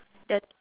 that